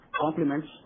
complements